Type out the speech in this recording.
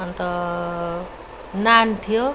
अन्त नान थियो